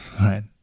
right